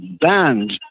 banned